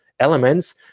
elements